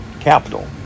capital